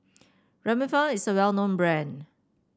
Remifemin is a well known brand